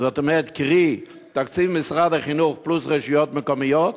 קרי תקציב משרד החינוך פלוס רשויות מקומיות?